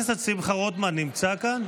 חבר הכנסת שמחה רוטמן נמצא כאן?